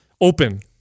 open